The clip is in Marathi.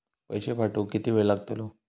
पैशे पाठवुक किती वेळ लागतलो?